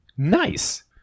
Nice